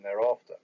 thereafter